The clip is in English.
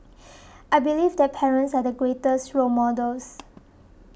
I believe that parents are the greatest role models